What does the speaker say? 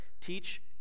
Teach